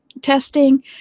testing